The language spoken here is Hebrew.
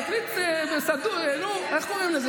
תקליט, נו, איך קוראים לזה?